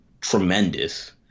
tremendous